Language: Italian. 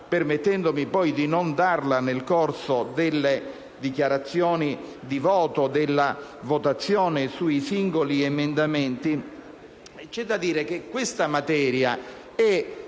permettendomi di non darla nel corso delle dichiarazioni di voto in sede di votazione dei singoli emendamenti - che questa materia è